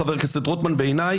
חבר הכנסת רוטמן,